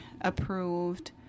approved